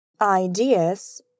ideas